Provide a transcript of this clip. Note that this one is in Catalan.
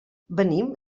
venim